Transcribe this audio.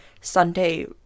sunday